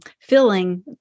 filling